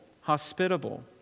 hospitable